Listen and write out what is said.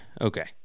Okay